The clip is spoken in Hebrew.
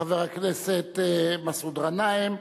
חבר הכנסת מסעוד גנאים,